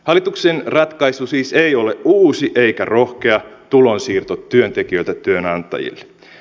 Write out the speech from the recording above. hallituksen ratkaisu siis ei ole uusi eikä rohkea tulonsiirto työntekijöiltä työnantajille